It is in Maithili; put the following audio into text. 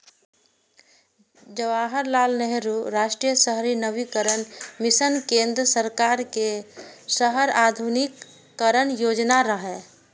जवाहरलाल नेहरू राष्ट्रीय शहरी नवीकरण मिशन केंद्र सरकार के शहर आधुनिकीकरण योजना रहै